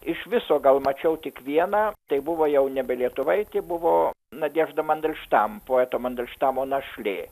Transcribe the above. iš viso gal mačiau tik vieną tai buvo jau nebe lietuvaitė buvo nadežda mandelštam poeto mandelštamo našlė